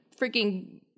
freaking